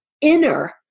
inner